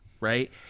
right